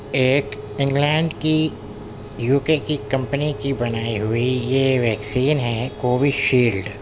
ایک انگلینڈ کی U K کی کمپنی کی بنائی ہوئی یہ ویکسین ہے کووی شیلڈ